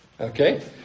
Okay